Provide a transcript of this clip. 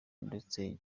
ndetse